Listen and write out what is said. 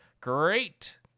great